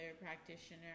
practitioner